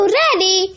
ready